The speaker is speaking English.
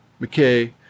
McKay